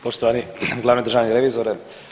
Poštovani glavni državni revizore.